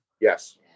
Yes